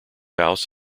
house